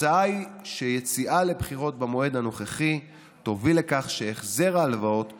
התוצאה היא שיציאה לבחירות במועד הנוכחי תביא לכך שהחזר ההלוואות "יאכל"